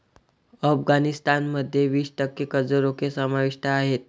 अफगाणिस्तान मध्ये वीस टक्के कर्ज रोखे समाविष्ट आहेत